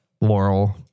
Laurel